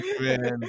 man